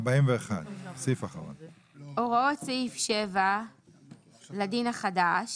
הוראות מעבר לעניין תגמולים 41. הוראות סעיף 7 לדין החדש